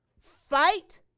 Fight